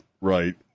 right